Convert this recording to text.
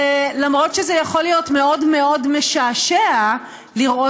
ואף על פי שזה יכול להיות מאוד מאוד משעשע לראות